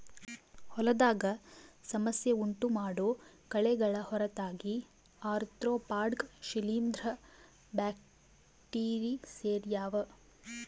ಹೊಲದಾಗ ಸಮಸ್ಯೆ ಉಂಟುಮಾಡೋ ಕಳೆಗಳ ಹೊರತಾಗಿ ಆರ್ತ್ರೋಪಾಡ್ಗ ಶಿಲೀಂಧ್ರ ಬ್ಯಾಕ್ಟೀರಿ ಸೇರ್ಯಾವ